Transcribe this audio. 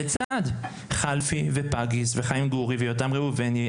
לצד חלפי; פגיס; חיים גורי; יותם ראובני;